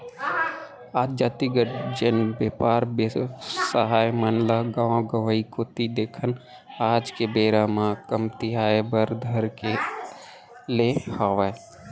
आज जातिगत जेन बेपार बेवसाय मन ल गाँव गंवाई कोती देखन आज के बेरा म कमतियाये बर धर ले हावय